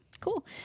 cool